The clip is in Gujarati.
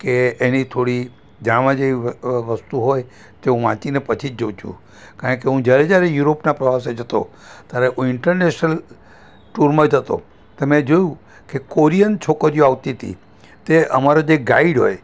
કે એની થોડી જાણવા જેવી વસ્તુ હોય તે હું વાંચીને પછી જ જઉં છું કારણ કે હું જ્યારે જ્યારે યુરોપના પ્રવાસે જતો ત્યારે હું ઇન્ટરનેશનલ ટૂરમાં જતો તે મેં જોયું કે કોરિયન છોકરીઓ આવતી હતી તે અમારો જે ગાઈડ હોય